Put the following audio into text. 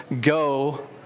go